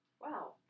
Wow